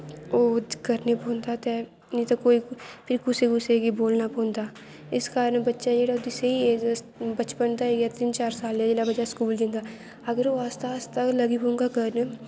ओह् करने पौंदा ते निं तां कुसै कुसै गी बोलना पौंदा इस कारण बच्चे दी स्हेई एज़ बचपन च जिसलै चार सार कोला दा स्कूल जंदा अगर ओह् आस्ता आस्तै लग्गी पौंदा करन